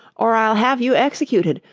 or i'll have you executed,